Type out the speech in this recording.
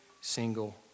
single